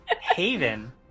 Haven